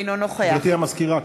אינו נוכח גברתי המזכירה,